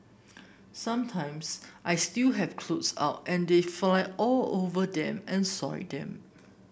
sometimes I still have clothes out and they fly all over them and soil them